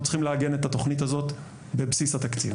אנחנו צריכים לעגן את התוכנית הזאת בבסיס התקציב,